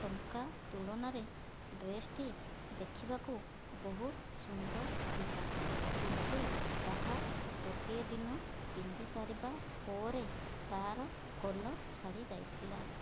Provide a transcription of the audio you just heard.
ଟଙ୍କା ତୁଳନାରେ ଡ୍ରେସଟି ଦେଖିବାକୁ ବହୁତ ସୁନ୍ଦର ଥିଲା କିନ୍ତୁ ତାହା ଗୋଟିଏ ଦିନ ପିନ୍ଧି ସାରିବା ପରେ ତାର କଲର୍ ଛାଡ଼ି ଯାଇଥିଲା